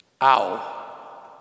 ow